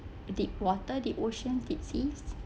deep water deep ocean deep seas